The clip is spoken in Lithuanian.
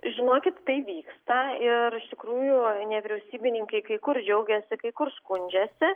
žinokit tai vyksta ir iš tikrųjų nevyriausybininkai kai kur džiaugiasi kai kur skundžiasi